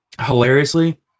hilariously